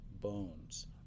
bones